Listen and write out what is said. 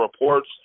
Reports